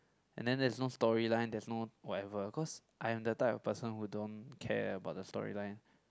and then there's no story line there's no whatever cause I am the type of person who don't care about the story line